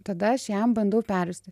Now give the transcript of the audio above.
tada aš jam bandau pervesti